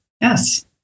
Yes